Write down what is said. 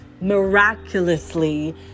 miraculously